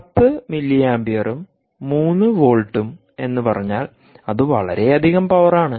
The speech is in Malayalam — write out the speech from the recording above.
10 മില്ലി ആമ്പിയറും 3 വോൾട്ടും എന്ന് പറഞ്ഞാൽ അത് വളരെയധികം പവറാണ്